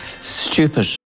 stupid